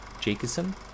Jacobson